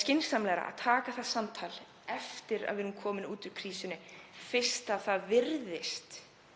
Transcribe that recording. skynsamlegra að taka það samtal eftir að við erum komin út úr krísunni fyrst það virðist